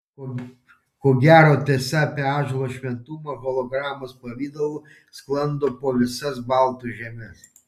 ko gero tiesa apie ąžuolo šventumą hologramos pavidalu sklando po visas baltų žemes